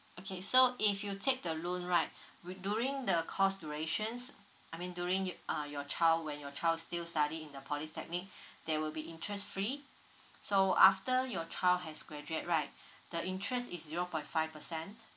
okay so if you take the loan right wi~ during the course durations I mean during y~ uh your child when your child still study in the polytechnic there will be interest free so after your child has graduate right the interest is zero point five percent